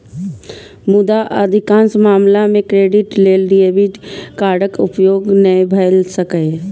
मुदा अधिकांश मामला मे क्रेडिट लेल डेबिट कार्डक उपयोग नै भए सकैए